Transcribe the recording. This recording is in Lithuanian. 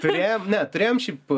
turėjom ne turėjom šiaip